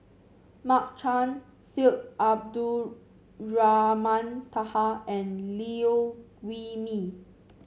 Mark Chan Syed Abdulrahman Taha and Liew Wee Mee